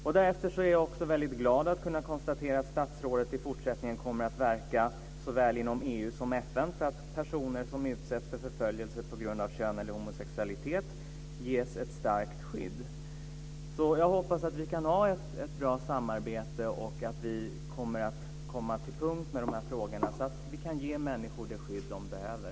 Jag är också väldigt glad över att kunna konstatera att statsrådet i fortsättningen kommer att verka såväl inom EU som inom FN för att personer som utsätts för förföljelse på grund av kön eller homosexualitet ges ett starkt skydd. Jag hoppas att vi kan ha ett bra samarbete och att vi kan sätta punkt vad gäller dessa frågor, så att vi kan ge människor det skydd de behöver.